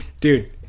Dude